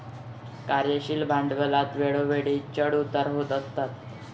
कार्यशील भांडवलात वेळोवेळी चढ उतार होत असतात